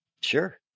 Sure